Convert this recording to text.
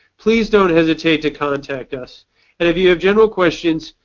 please don't hesitate to contact us. and if you have general questions,